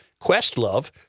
Questlove